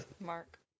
Mark